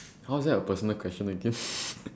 how's that a personal question again